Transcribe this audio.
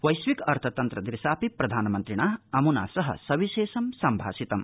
वैश्विक अर्थतन्त्र दृशापि प्रधानमन्त्रिणा अम्ना सह सविशेषं सम्भाषितम्